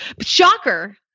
Shocker